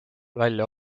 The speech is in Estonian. välja